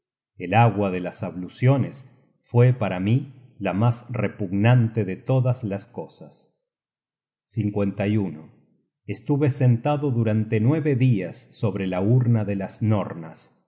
el agua de las abluciones fue para mi la mas repugnante de todas las cosas estuve sentado durante nueve dias sobre la urna de las nornas